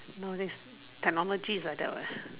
nowadays technology is like that what